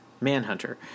Manhunter